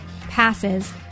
passes